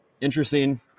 interesting